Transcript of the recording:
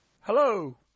Hello